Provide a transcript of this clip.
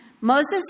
Moses